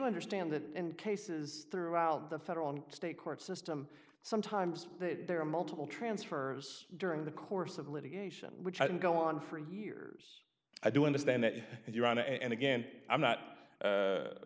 understand that in cases throughout the federal and state court system sometimes there are multiple transfers during the course of litigation which i can go on for years i do understand that your honor and again i'm not